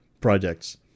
projects